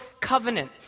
covenant